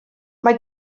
mae